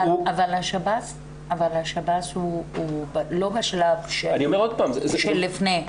אבל השב"ס הוא לא בשלב שלפני.